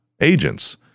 agents